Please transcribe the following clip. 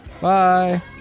Bye